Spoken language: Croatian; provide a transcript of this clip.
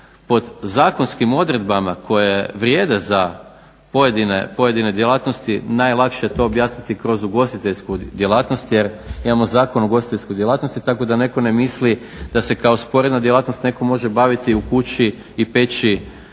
pod zakonskim odredbama koje vrijede za pojedine djelatnosti, najlakše je to objasniti kroz ugostiteljsku djelatnost jer imamo Zakon o ugostiteljskoj djelatnosti tako da netko ne misli da se kao sporedna djelatnost netko može baviti i u kući i peći